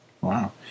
wow